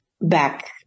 back